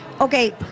Okay